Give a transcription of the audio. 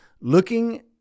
Looking